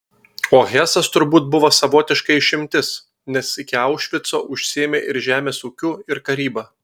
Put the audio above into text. o hesas turbūt buvo savotiška išimtis nes iki aušvico užsiėmė ir žemės ūkiu ir karyba